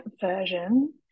version